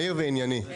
מהיר וענייני.